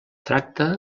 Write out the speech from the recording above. tracta